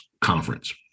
Conference